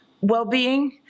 well-being